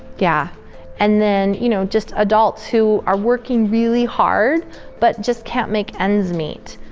yeah and then you know just adults who are working really hard but just can't make ends meet.